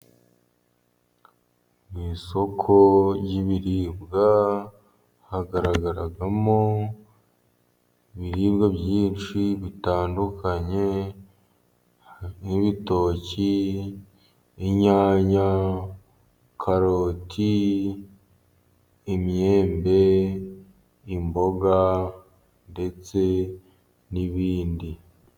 Mu isoko ry'ibiribwa hagaragaramo ibiribwa byinshi bitandukanye, nk'ibitoki ,inyanya ,karoti ,imyembe, imboga, ndetse n'ibindi.